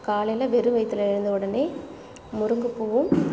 காலையில வெறும் வயிற்றுல எழுந்தவுடனே முருங்கைப்பூவும்